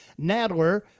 Nadler